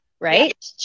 right